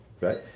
right